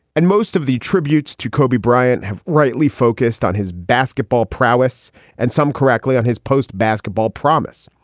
and most of the tributes to kobe bryant have rightly focused on his basketball prowess and some correctly on his post basketball promise.